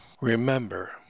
remember